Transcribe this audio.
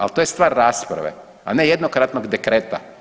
Ali to je stvar rasprave, a ne jednokratnog dekreta.